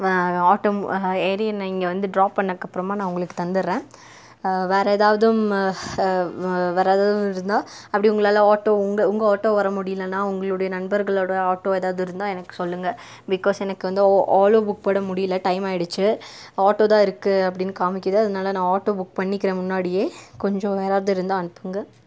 auto மு ஏறி நீங்கள் வந்து ட்ராப் பண்ணதுக்கு அப்புறமா நான் உங்களுக்கு தந்துர்றேன் வேறு ஏதாவது வேறு ஏதாவது இருந்தால் அப்படி உங்களால் ஆட்டோ உங்கள் உங்கள் ஆட்டோ வர முடியலன்னா உங்களுடைய நண்பர்களோடய ஆட்டோ ஏதாவது இருந்தால் எனக்கு சொல்லுங்க பிக்காஸ் எனக்கு வந்து ஓலோ புக் பண்ண முடியலை டைம் ஆகிடுச்சு ஆட்டோ தான் இருக்குது அப்படின்னு காமிக்குது அதனால் நான் ஆட்டோ புக் பண்ணிக்கிறேன் முன்னாடியே கொஞ்சம் யாராவது இருந்தால் அனுப்புங்க